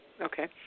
Okay